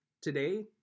Today